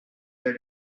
that